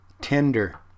tender